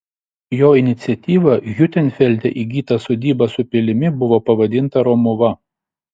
jo iniciatyva hiutenfelde įgyta sodyba su pilimi buvo pavadinta romuva